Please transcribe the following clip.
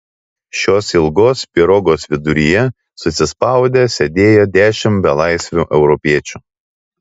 šios ilgos pirogos viduryje susispaudę sėdėjo dešimt belaisvių europiečių